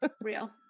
real